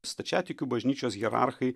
stačiatikių bažnyčios hierarchai